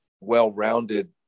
well-rounded